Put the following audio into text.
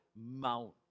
mount